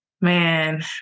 Man